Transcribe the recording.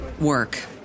work